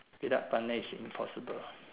without money is impossible